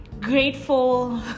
grateful